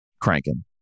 cranking